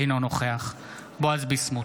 אינו נוכח בועז ביסמוט,